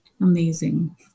amazing